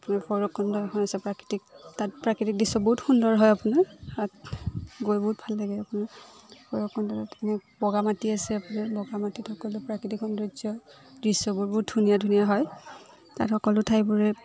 আপোনাৰ ভৈৰৱকুণ্ড এখন আছে প্ৰাকৃতিক তাত প্ৰাকৃতিক দৃশ্য বহুত সুন্দৰ হয় আপোনাৰ তাত গৈ বহুত ভাল লাগে আপোনাৰ ভৈৰৱকুণ্ডলৈ তেনেকৈ বগামাটি আছে আপোনাৰ বগামাটিত সকলো প্ৰাকৃতিক সৌন্দৰ্য দৃশ্যবোৰ বহুত ধুনীয়া ধুনীয়া হয় তাত সকলো ঠাইবোৰে